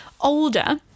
older